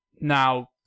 now